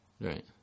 Right